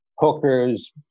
hookers